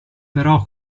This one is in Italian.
però